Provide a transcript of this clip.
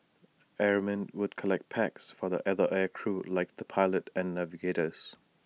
airmen would collect packs for the other air crew like the pilot and navigators